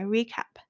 Recap 。